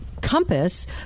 Compass